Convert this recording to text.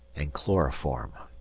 and chloroform.